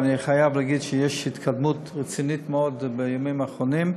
ואני חייב להגיד שיש התקדמות רצינית מאוד בימים האחרונים.